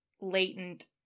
latent